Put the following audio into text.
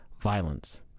violence